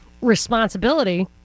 responsibility